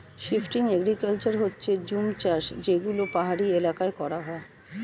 shifting agriculture হচ্ছে জুম চাষ যেগুলো পাহাড়ি এলাকায় করা হয়